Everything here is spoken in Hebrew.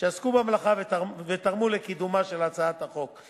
שעסקו במלאכה ותרמו לקידומה של הצעת החוק.